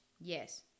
Yes